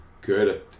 good